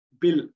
bill